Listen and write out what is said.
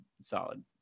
solid